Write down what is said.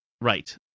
Right